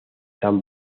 tan